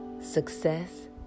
success